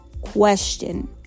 question